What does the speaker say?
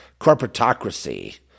corporatocracy